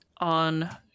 On